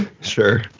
Sure